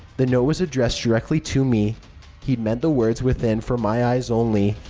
the note was addressed directly to me he'd meant the words within for my eyes only.